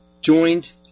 joined